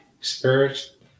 spirit